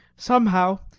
somehow,